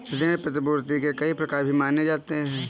ऋण प्रतिभूती के कई प्रकार भी माने जाते रहे हैं